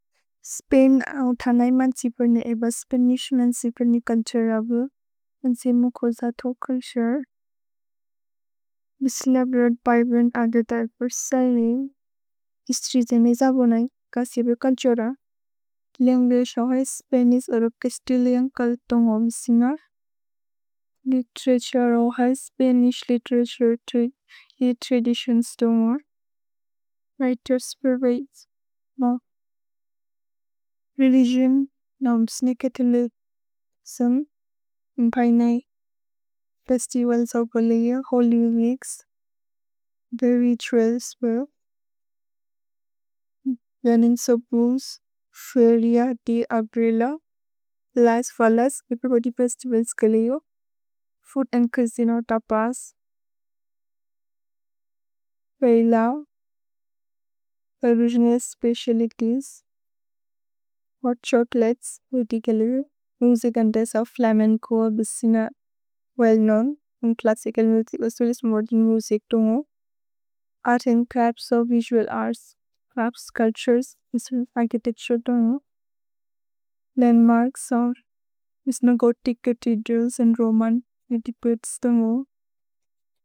Spain अल् तनय्मन् चिपेर्नि एब स्पेनिश्मन् चिपेर्नि क छेरे अवु अन् से मु कोज तोक्ल् शेरे। मिसिले अब्रोअद् ब्य्ब्रेन् अग्रेत एब सल्वे इस्त्रि जेम् एज बोनय् क चिपेरे क छेरे। लेन्गेश् ओहए स्पेनिस् ओरो केस्तिलिअन् कल् तोन्गो मिसिन्गर्। लितेरतुरे ओहए स्पेनिश् लितेरतुरे तो ए त्रदितिओन् स्तोने मोरे। लितेरतुरे स्पेनिश्मन् रेलिगिओन् नोम्स्निकेत् लि सुम् इन् पैने प्रेस्ति ओहए सओ बोलिअ होल्लिमिक्स् वेर्य् त्रुए स्पेनिस्। लेन्गेश् ओहए बूस् फेर्य दे अब्रेल लैस् फलस् किपेरे बोद्य् प्रेस्ति ओहए स्कलेओ फुत् एन् केस्तिल् नो त पस्, फेलओ।